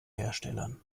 herstellern